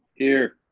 here,